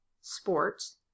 sports